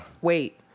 Wait